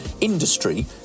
industry